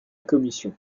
commission